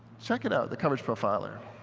check it out, the coverage profiler.